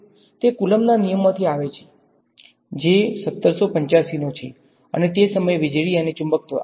તે કlલોમ્બના નિયમમાંથી આવે છે જે ૧૭૮૫ નો છે અને તે સમયે વીજળી અને ચુંબકત્વ